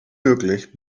möglich